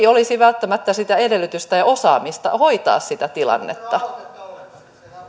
olisi välttämättä sitä edellytystä ja osaamista hoitaa sitä tilannetta jos